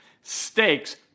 stakes